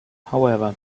however